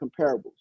comparables